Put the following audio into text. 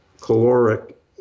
caloric